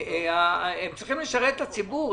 הם צריכים לשרת את הציבור,